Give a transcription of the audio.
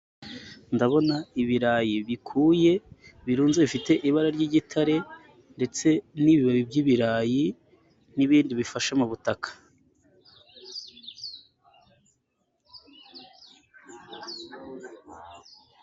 Ndabona ibirayi bikuye, birunze bifite ibara ry'igitare ndetse n'ibibabi by'ibirayi, n'ibindi bifashe mubutaka.